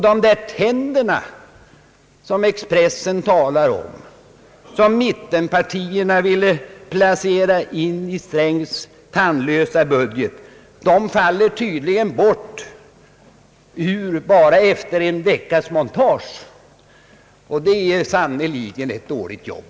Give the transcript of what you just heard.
De där »tänderna» som Expressen talar om, som mittenpartierna ville placera in i Strängs tandlösa budget, faller tydligen ur bara en vecka efter monteringen, och det är sannerligen ett dåligt jobb!